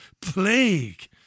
plague